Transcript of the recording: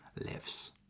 lives